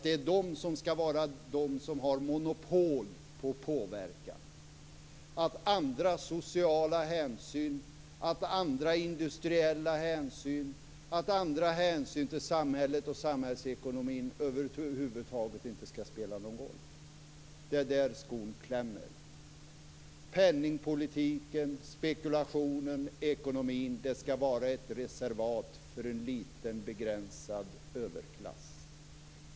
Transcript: Det är den som skall ha monopol på påverkan, att sociala, industriella och andra hänsyn till samhället och samhällsekonomin över huvud taget inte skall spela någon roll. Det är där skon klämmer. Penningpolitiken, spekulationen och ekonomin skall vara ett reservat för en liten, begränsad överklass.